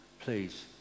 please